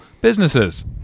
businesses